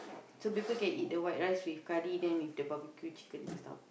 so people can eat the white rice with curry then with the barbecue chicken and stuff